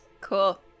Cool